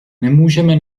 nemůžeme